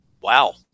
wow